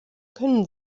können